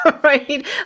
right